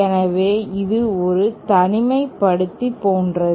எனவே இது ஒரு தனிமைப்படுத்தி போன்றது